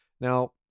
Now